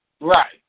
Right